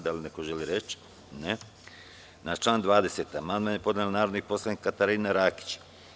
Da li neko želi reč? (Ne) Na član 20. amandman je podnela narodna poslanica Katarina Rakić.